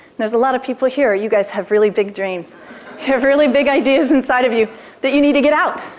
there's a lot of people here, you guys have really big dreams. you have really big ideas inside of you that you need to get out.